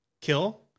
kill